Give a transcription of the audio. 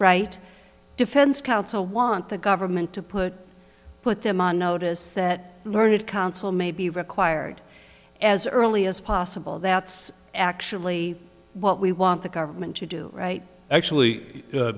right defense counsel want the government to put put them on notice that learned counsel may be required as early as possible that's actually what we want the government to do right actually